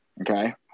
Okay